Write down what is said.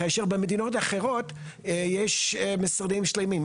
כאשר במדינות האחרות יש משרדים שלמים.